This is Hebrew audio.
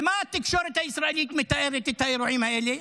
ומה התקשורת הישראלית מתארת באירועים האלה?